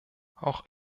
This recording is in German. auch